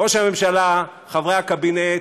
ראש הממשלה, חברי הקבינט,